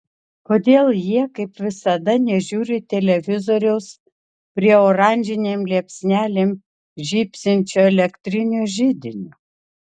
kodėl jie kaip visada nežiūri televizoriaus prie oranžinėm liepsnelėm žybsinčio elektrinio židinio